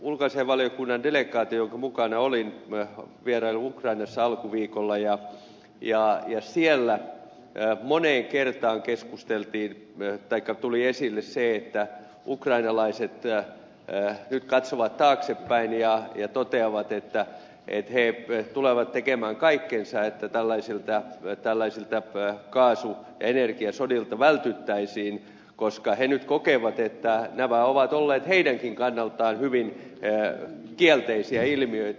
ulkoasiainvaliokunnan delegaatio jonka mukana olin vieraili ukrainassa alkuviikolla ja siellä moneen kertaan tuli esille se että ukrainalaiset nyt katsovat taaksepäin ja toteavat että he tulevat tekemään kaikkensa että tällaisilta kaasu ja energiasodilta vältyttäisiin koska he nyt kokevat että nämä ovat olleet heidänkin kannaltaan hyvin kielteisiä ilmiöitä